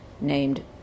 named